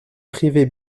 privée